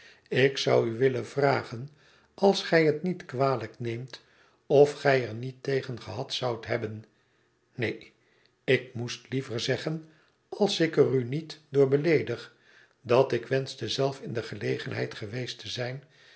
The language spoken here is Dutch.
ik zou u willen vragen als gij het niet kwalijk neemt of j er niet tegen gehad zoude hebben neen ik moest liever zeggen als ik er u niet door beleedig dat ik wenschte zelf in de gelegenhdd geweest te zijn